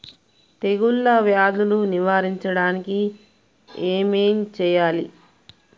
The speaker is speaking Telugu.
తెగుళ్ళ వ్యాధులు నివారించడానికి ఏం చేయాలి?